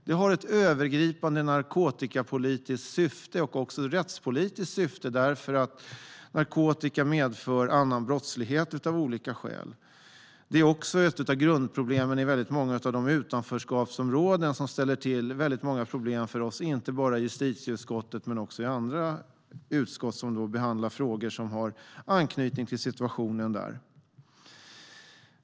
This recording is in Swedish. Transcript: Det har ett övergripande narkotikapolitiskt syfte och också ett rättspolitiskt syfte eftersom narkotika av olika skäl medför annan brottslighet. Det är också ett av grundproblemen i väldigt många av de utanförskapsområden som ställer till väldigt många problem för oss. Det gäller inte bara justitieutskottet utan också andra utskott som behandlar frågor som har anknytning till situationen där.